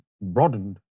broadened